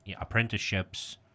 apprenticeships